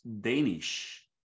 Danish